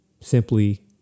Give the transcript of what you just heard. simply